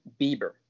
Bieber